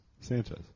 Sanchez